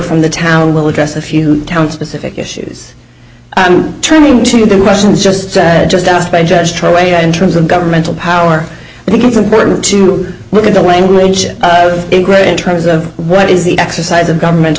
from the town will address a few town specific issues i'm turning to the russians just said just asked by judge her way out in terms of governmental power i think it's important to look at the language in terms of what is the exercise of governmental